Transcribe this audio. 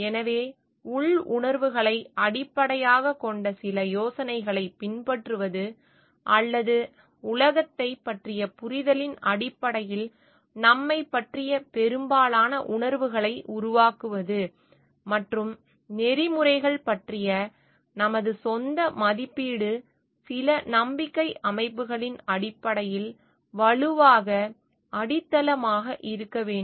எனவே உள் உணர்வுகளை அடிப்படையாகக் கொண்ட சில யோசனைகளைப் பின்பற்றுவது அல்லது உலகத்தைப் பற்றிய புரிதலின் அடிப்படையில் நம்மைப் பற்றிய பெரும்பாலான உணர்வுகளை உருவாக்குவது மற்றும் நெறிமுறைகள் பற்றிய நமது சொந்த மதிப்பீடு சில நம்பிக்கை அமைப்புகளின் அடிப்படையில் வலுவாக அடித்தளமாக இருக்க வேண்டும்